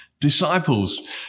disciples